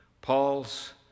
Paul's